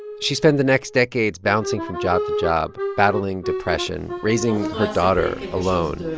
she spent the next decades bouncing from job to job, battling depression, raising her daughter alone.